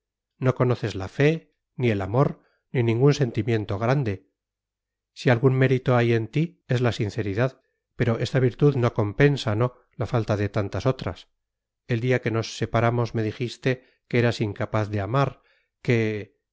no conoces la fe ni el amor ni ningún sentimiento grande si algún mérito hay en ti es la sinceridad pero esta virtud no compensa no la falta de tantas otras el día que nos separamos me dijiste que eras incapaz de amar que